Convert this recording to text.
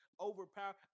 overpower